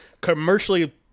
commercially